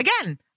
again